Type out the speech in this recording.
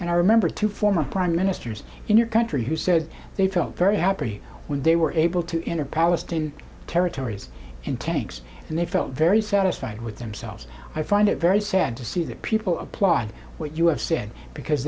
and i remember two former prime ministers in your country who said they felt very happy when they were able to enter palestinian territories in tanks and they felt very satisfied with themselves i find it very sad to see that people applaud what you have said because